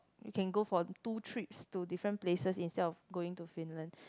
can go for two trips to different place itself going to Finland